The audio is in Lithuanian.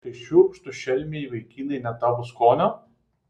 tai šiurkštūs šelmiai vaikinai ne tavo skonio